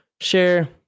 Share